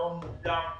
פירעון מוקדם,